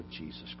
Jesus